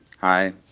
Hi